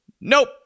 nope